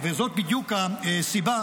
זאת בדיוק הסיבה,